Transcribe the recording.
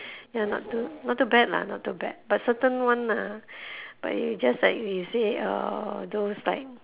ya not too not too bad lah not too bad but certain one ah but it's just like you say uh those like